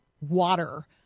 water